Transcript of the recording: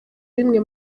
bimwe